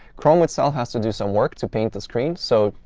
chrome itself has to do some work to paint the screen. so,